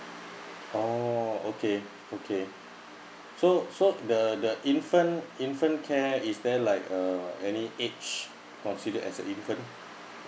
oh okay okay so so the the infant infant care is there like uh any age consider as a infant